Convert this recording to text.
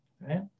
right